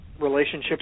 Relationships